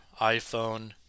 iPhone